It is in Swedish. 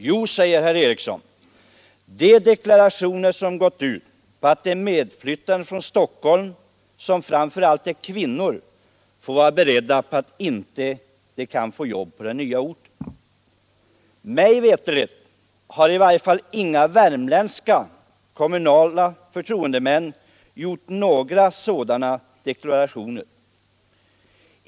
Jo, säger herr Eriksson, de deklarationer som gått ut på att de från Stockholm medflyttade, vilka framför allt är kvinnor, måste vara beredda på att de inte kan få arbete på den nya orten. Mig veterligt har i varje fall inga värmländska kommunala förtroendemän gjort några sådana deklarationer.